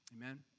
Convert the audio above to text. Amen